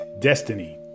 destiny